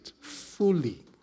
fully